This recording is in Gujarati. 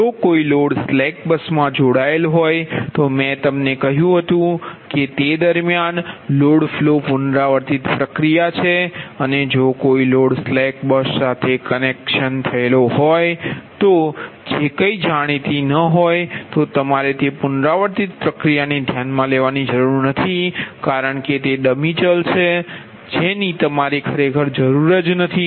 જો કોઈ લોડ સ્લેક બસમાં જોડાયેલ હોય તો મેં તમને કહ્યું હતું કે તે દરમિયાન લોડ ફ્લો પુનરાવર્તિત પ્રક્રિયા છે અને જો કોઈ લોડ સ્લેક બસ સાથે કનેક્ટ થયેલ હોય અને જે કંઇ જાણીતી ન હોય તો તમારે તે પુનરાવર્તિત પ્રક્રિયાને ધ્યાનમાં લેવાની જરૂર નથી કારણ કે તે ડમી ચલ છે જેની તમારે ખરેખર જરૂર નથી